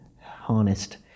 harnessed